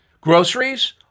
Groceries